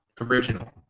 original